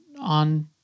on